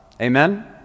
Amen